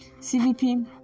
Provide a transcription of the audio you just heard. CVP